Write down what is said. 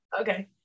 okay